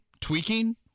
tweaking